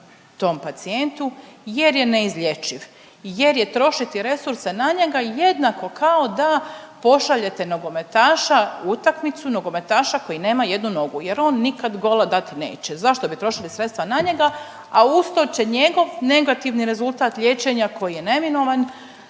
tom pacijentu jer je neizlječiv, jer je trošiti resurse na njega jednako kao da pošaljete nogometaša u utakmicu, nogometaša koji nema jednu nogu jer on nikad gola nikad dati neće. Zašto bi trošili sredstva na njega, a uz to će njegov negativni rezultat liječenja koji je neminovan